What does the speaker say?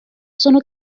sono